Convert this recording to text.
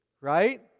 Right